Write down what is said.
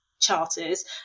charters